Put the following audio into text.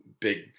big